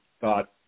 thought